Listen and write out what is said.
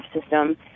system